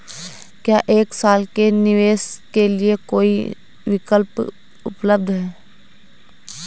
क्या एक साल के निवेश के लिए कोई विकल्प उपलब्ध है?